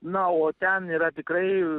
na o ten yra tikrai